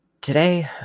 Today